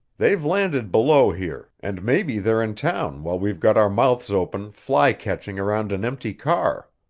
they've landed below here, and maybe they're in town while we've got our mouths open, fly-catching around an empty car.